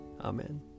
Amen